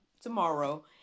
tomorrow